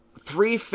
Three